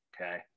okay